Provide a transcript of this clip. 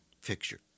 fixture